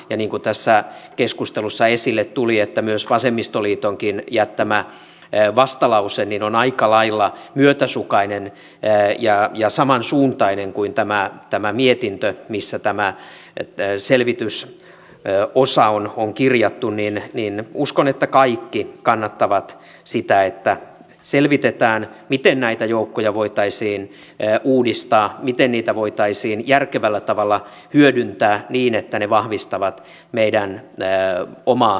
ja niin kuin tässä keskustelussa esille tuli myös vasemmistoliitonkin jättämä vastalause on aika lailla myötäsukainen ja saman suuntainen kuin tämä mietintö missä tämä selvitysosa on kirjattu ja uskon että kaikki kannattavat sitä että selvitetään miten näitä joukkoja voitaisiin uudistaa miten niitä voitaisiin järkevällä tavalla hyödyntää niin että ne vahvistavat meidän omaa puolustustamme